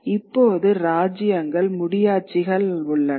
இப்போது ராஜ்யங்கள் முடியாட்சிகள் உள்ளன